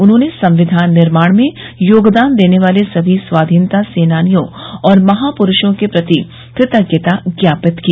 उन्होंने संविधान निर्माण में योगदान देने वाले सभी स्वाधीनता सेनानियों और महापुरूषों के प्रति कृतज्ञता ज्ञापित की